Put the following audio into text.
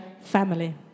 family